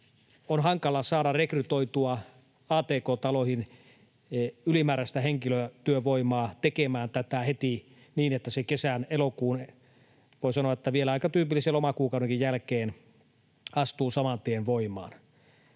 on hankala saada rekrytoitua ATK-taloihin ylimääräistä henkilötyövoimaa tekemään tätä heti niin, että se kesän, elokuun, voi sanoa, että vielä aika tyypillisen lomakuukaudenkin jälkeen, astuu saman tien voimaan.